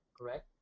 correct